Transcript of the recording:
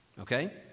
Okay